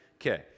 Okay